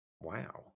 Wow